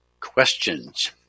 questions